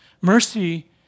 Mercy